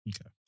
Okay